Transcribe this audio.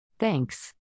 Thanks